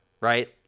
right